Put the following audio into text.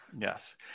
Yes